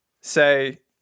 say